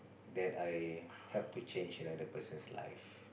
that I help to change like the person's life